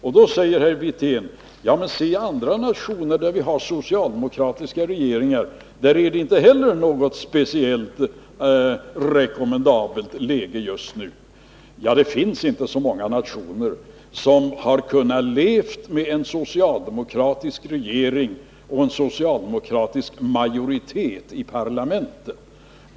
Och då säger herr Wirtén: I andra nationer, där man har socialdemokratisk regering, är det inte heller något speciellt rekommendabelt läge just nu. — Det finns inte så många nationer som kunnat leva med en socialdemokratisk regering och en socialdemokratisk majoritet i parlamentet.